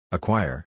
Acquire